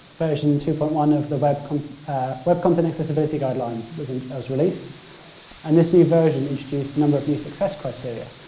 version two point one of the web content web content accessibility guidelines was and released and this new version introduced a number of new success criteria,